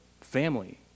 family